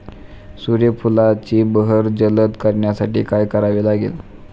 सूर्यफुलाची बहर जलद करण्यासाठी काय करावे लागेल?